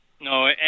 No